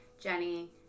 Jenny